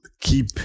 keep